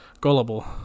Gullible